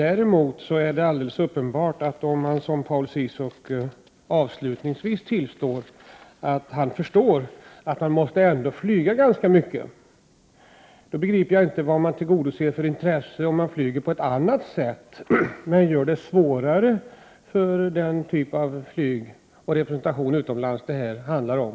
Paul Ciszuk tillstår avslutningsvis att han förstår att man måste flyga ganska mycket. Då begriper jag inte vilka intressen man tillgodoser om man flyger på ett annat sätt och gör det svårare för den typ av representation utomlands det här handlar om.